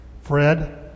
Fred